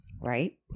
Right